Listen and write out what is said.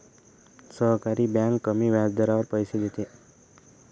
सहकारी बँक कमी व्याजदरावर पैसे देते